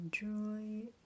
Enjoy